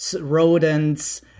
rodents